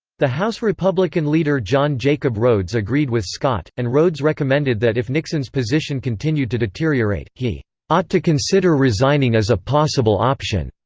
the house republican leader john jacob rhodes agreed with scott, and rhodes recommended that if nixon's position continued to deteriorate, he ought to consider resigning as a possible option.